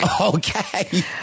okay